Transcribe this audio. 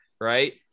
right